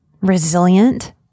resilient